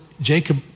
Jacob